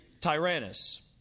Tyrannus